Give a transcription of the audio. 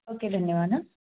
okay धन्यवाद हाँ